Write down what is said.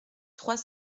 trois